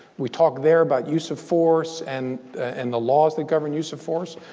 we talk there about use of force and and the laws that govern use of force.